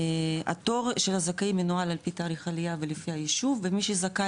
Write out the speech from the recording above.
התור של הזכאים מנוהל על פי תאריך העלייה ולפי היישוב ומי שזכאי